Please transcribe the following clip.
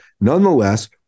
nonetheless